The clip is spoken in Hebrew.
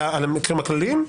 על המקרים הכלליים,